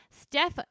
Steph